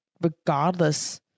regardless